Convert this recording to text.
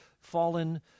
fallen